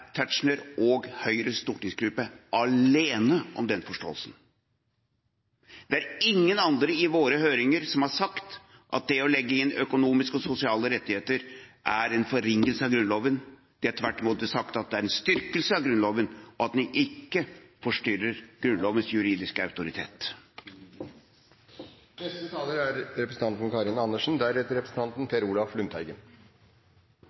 Tetzschner og Høyres stortingsgruppe alene om den forståelsen. Det er ingen andre i våre høringer som har sagt at det å legge inn økonomiske og sosiale rettigheter er en forringelse av Grunnloven. Det er tvert imot sagt at det er en styrkelse av Grunnloven, og at det ikke forstyrrer Grunnlovens juridiske autoritet. Først til representanten